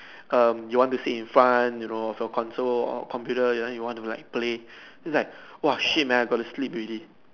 um you want to sit in front you know of your console or computer then you want to like play it's like !woah! shit man I got to sleep already